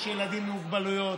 יש ילדים עם מוגבלויות,